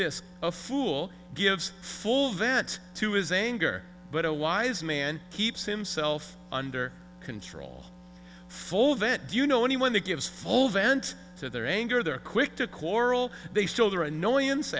this a fool gives full vent to his anger but a wise man keeps himself under control full of it do you know anyone that gives fold vent to their anger they're quick to quarrel they still their annoyance